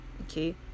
okay